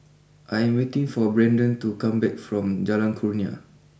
I 'm waiting for Brenden to come back from Jalan Kurnia